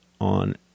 on